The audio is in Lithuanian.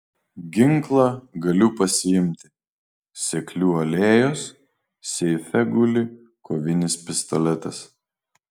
ginklą galiu pasiimti seklių alėjos seife guli kovinis pistoletas